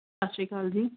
ਸਤਿ ਸ਼੍ਰੀ ਅਕਾਲ ਜੀ